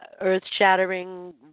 earth-shattering